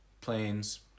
Planes